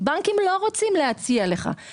בנקים לא רוצים להציע לך את זה,